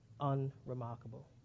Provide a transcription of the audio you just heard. unremarkable